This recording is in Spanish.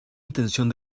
intención